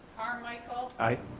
carmichael. i.